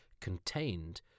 contained